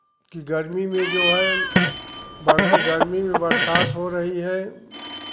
कि गर्मी में जो है बर गर्मी में बरसात हो रही है